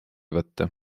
võtta